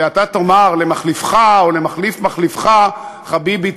ואתה תאמר למחליפך או למחליף מחליפך: חביבי,